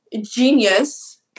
genius